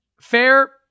fair